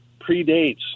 predates